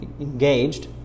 engaged